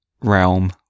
realm